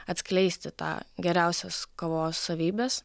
atskleisti tą geriausias kavos savybes